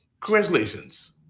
Congratulations